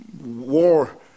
war